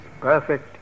perfect